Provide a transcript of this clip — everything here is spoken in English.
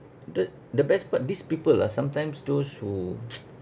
the the best part these people ah sometimes those who